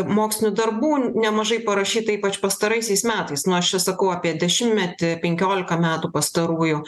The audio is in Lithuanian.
mokslinių darbų nemažai parašyta ypač pastaraisiais metais nu aš čia sakau apie dešimtmetį penkiolika metų pastarųjų